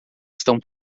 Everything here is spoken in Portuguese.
estão